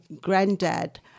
granddad